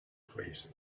police